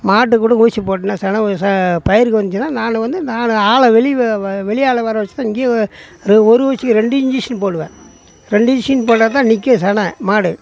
மாட்டுக்குக் கூட ஊசி போட்டேனா செனை உ ச பயிருக்கு வந்துச்சின்னா நான் வந்து இந்த ஆளை ஆளை வெளியே வ வ வெளியாளை வர வெச்சு தான் இங்கேயே ஒரு ஒரு ஊசிக்கு ரெண்டு இன்ஜெக்ஷன் போடுவேன் ரெண்டு இன்ஜெக்ஷன் போட்டால் தான் நிற்கும் செனை மாடு